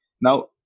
Now